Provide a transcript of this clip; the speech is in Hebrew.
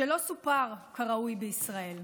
שלא סופר כראוי בישראל.